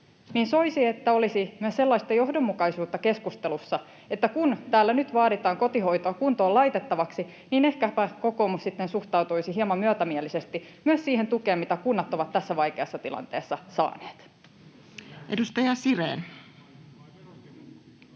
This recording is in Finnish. Soisi, että olisi myös sellaista johdonmukaisuutta keskustelussa, että kun täällä nyt vaaditaan kotihoitoa kuntoon laitettavaksi, niin ehkäpä kokoomus sitten suhtautuisi hieman myötämielisesti myös siihen tukeen, mitä kunnat ovat tässä vaikeassa tilanteessa saaneet. [Speech